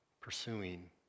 pursuing